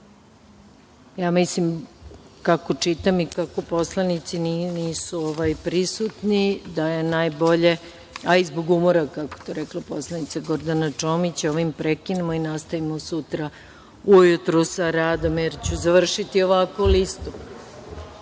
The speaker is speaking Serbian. mislim, kako čitam i kako poslanici nisu prisutni da je najbolje, a i zbog umora kako je to rekla poslanica Gordana Čomić ovim prekinemo i nastavimo sutra ujutru sa radom, počinjemo od broja